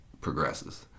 progresses